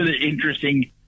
interesting